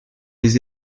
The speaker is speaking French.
les